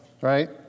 right